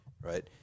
right